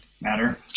matter